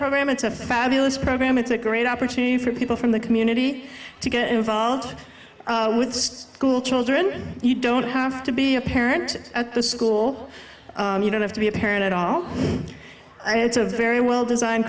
program it's a fabulous program it's a great opportunity for people from the community to get involved with school children you don't have to be a parent at the school you don't have to be a parent at all it's a very well designed